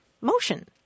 motion